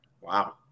Wow